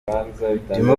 ndimo